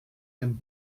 dem